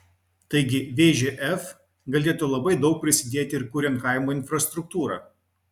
taigi vžf galėtų labai daug prisidėti ir kuriant kaimo infrastruktūrą